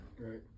Right